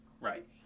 Right